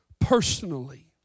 personally